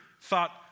thought